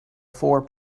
four